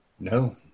No